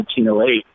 1908